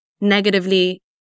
negatively